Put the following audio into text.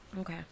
okay